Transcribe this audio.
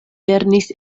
lernis